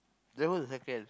then what's the second